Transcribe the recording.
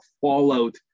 fallout